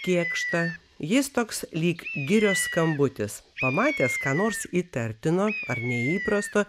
kėkštą jis toks lyg girios skambutis pamatęs ką nors įtartino ar neįprasto